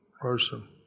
person